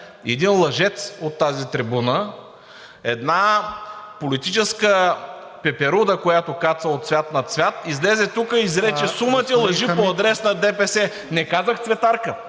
един лъжец от тази трибуна, една политическа пеперуда, която каца от цвят на цвят. Излезе тук, изрече сума ти лъжи по адрес на ДПС! ПРЕДСЕДАТЕЛ